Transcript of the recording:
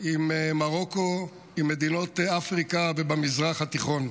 עם מרוקו, עם מדינות אפריקה ובמזרח התיכון.